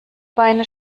beine